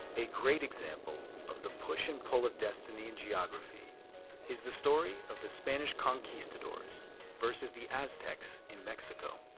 a great example of the push and pull of destiny and geography is the story of the spanish conquistadors versus the aztecs in mexico.